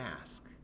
ask